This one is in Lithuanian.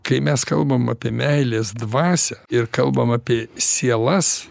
kai mes kalbam apie meilės dvasią ir kalbam apie sielas